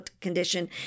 condition